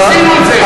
עשינו את זה.